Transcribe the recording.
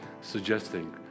suggesting